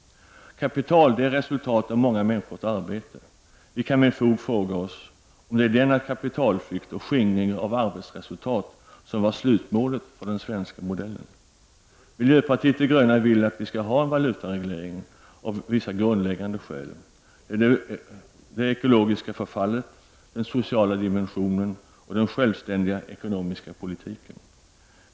Kapital är resultatet av många människors arbete. Vi kan med fog fråga oss om det är denna kapitalflykt och skingring av arbetsresultat som var slutmålet för den svenska modellen. Vi i miljöpartiet de gröna vill att det av följande grundläggande skäl skall finnas en valutareglering: det ekologiska förfallet, den sociala dimensionen och den självständiga ekonomiska politiken.